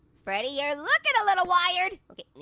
freddy, you're lookin' a little wired. okay,